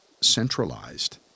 centralized